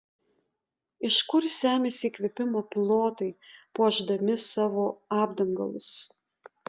iš kur semiasi įkvėpimo pilotai puošdami savo apdangalus